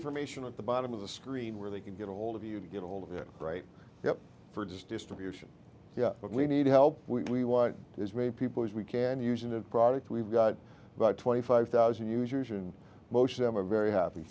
information at the bottom of the screen where they can get ahold of you to get ahold of it right here for just distribution but we need help we as many people as we can using that product we've got about twenty five thousand users and most of them are very happy